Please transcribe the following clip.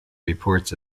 reports